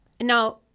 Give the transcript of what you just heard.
Now—